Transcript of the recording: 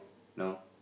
no